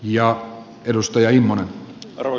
ja edustaja immonen taru